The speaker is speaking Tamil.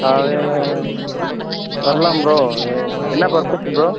காலையில் வரலாம் ப்ரோ என்ன பர்ப்பஸு ப்ரோ